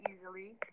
easily